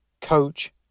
coach